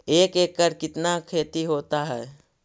एक एकड़ कितना खेति होता है?